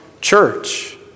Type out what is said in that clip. church